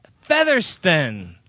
Featherston